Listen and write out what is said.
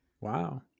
Wow